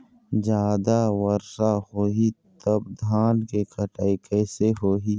जादा वर्षा होही तब धान के कटाई कैसे होही?